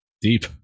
deep